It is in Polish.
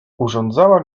urządzała